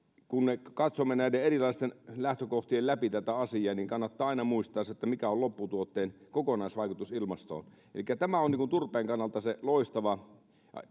kun me katsomme näiden erilaisten lähtökohtien läpi tätä asiaa niin kannattaa aina muistaa se että mikä on lopputuotteen kokonaisvaikutus ilmastoon elikkä tämä on turpeen kannalta se loistava